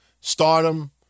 Stardom